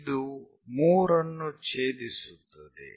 ಇದು 3 ಅನ್ನು ಛೇದಿಸುತ್ತದೆ